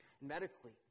Medically